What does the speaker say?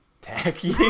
Tacky